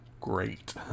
great